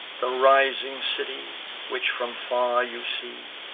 the rising city, which from far you see,